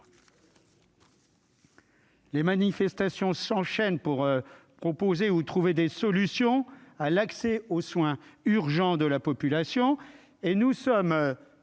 Les manifestations s'enchaînent pour composer ou trouver des solutions à l'accès aux soins urgents de la population